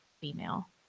female